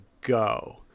go